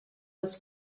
was